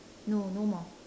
no no more